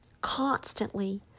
constantly